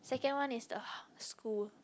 second one is the school